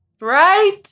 Right